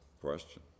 question